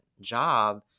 job